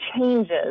changes